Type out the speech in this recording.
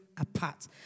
apart